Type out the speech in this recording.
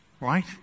right